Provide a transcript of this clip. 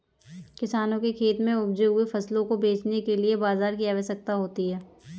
किसानों के खेत में उपजे हुए फसलों को बेचने के लिए बाजार की आवश्यकता होती है